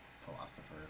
philosopher